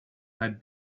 had